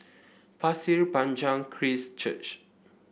Pasir Panjang Christ Church